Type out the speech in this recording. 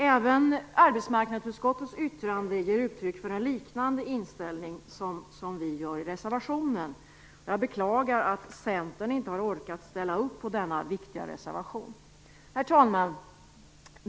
Även arbetsmarknadsutskottets yttrande ger uttryck för en liknande inställning som vi har i reservationen. Jag beklagar att Centern inte orkat ställa upp på denna viktiga reservation. Herr talman!